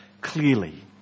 clearly